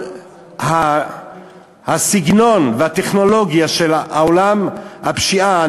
הסגנון והטכנולוגיה של עולם הפשיעה,